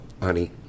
honey